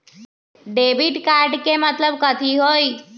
Debit card के मतलब कथी होई?